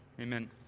amen